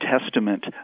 Testament